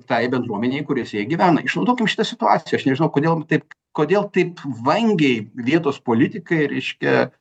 tai bendruomenei kuriose jie gyvena išnaudokim šitą situaciją aš nežinau kodėl taip kodėl taip vangiai vietos politikai reiškia